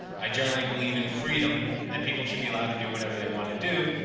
i generally believe in freedom and that people should be allowed to do whatever they want to do,